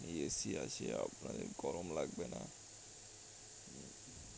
AC আছে আপনাদের গরম লাগবে না